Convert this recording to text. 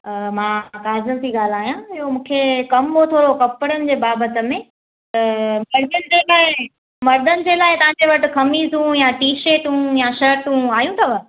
मां काजल थी ॻाल्हायां इहो मूंखे कम हो थोरो कपिड़नि जे बाबति में त मर्दनि जे लाइ मर्दनि जे लाइ तव्हांजे वटि खमीसूं या टी शर्टू या शर्टू आयूं अथव